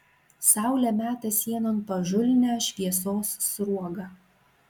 saulė meta sienon pažulnią šviesos sruogą